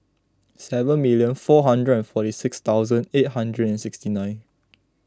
seven million four hundred and forty six thousand eight hundred and sixty nine